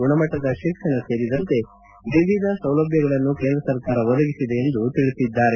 ಗುಣಮಟ್ಟದ ಶಿಕ್ಷಣ ಸೇರಿದಂತೆ ವಿವಿಧ ಸೌಲಭ್ಯಗಳನ್ನು ಕೇಂದ್ರ ಸರ್ಕಾರ ಒದಗಿಸಿದೆ ಎಂದು ತಿಳಿಸಿದ್ಗಾರೆ